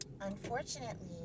unfortunately